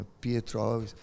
Pietro